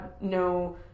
no